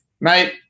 Mate